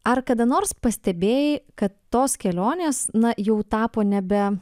ar kada nors pastebėjai kad tos kelionės na jau tapo nebe